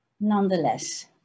nonetheless